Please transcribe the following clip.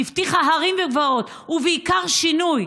שהבטיחה הרים וגבעות ובעיקר שינוי,